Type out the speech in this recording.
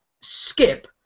skip